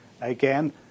again